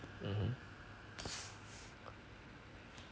mmhmm